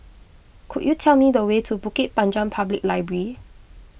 could you tell me the way to Bukit Panjang Public Library